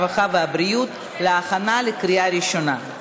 הרווחה והבריאות להכנה לקריאה ראשונה.